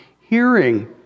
hearing